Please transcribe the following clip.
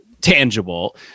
tangible